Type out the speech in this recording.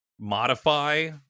modify